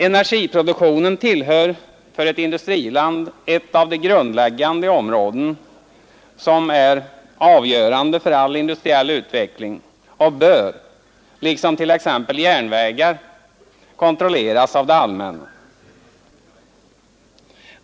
Energiproduktionen är för ett industriland ett av de grundläggande områden som är avgörande för all industriell utveckling och bör, liksom t.ex. järnvägar, kontrolleras av det allmänna.